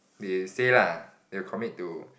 they say lah they will commit to